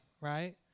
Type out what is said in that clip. right